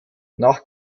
nach